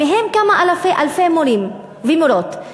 כמה אלפי מורים ומורות.